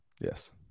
Yes